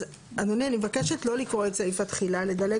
אז אדוני, אני מבקשת לא לקרוא את "סיפה תחילה".